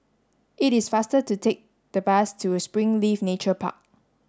it is faster to take the bus to Springleaf Nature Park